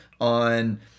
on